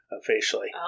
officially